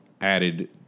added